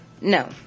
no